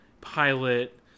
pilot